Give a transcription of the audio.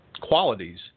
qualities